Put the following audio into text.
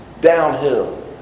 downhill